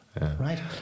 Right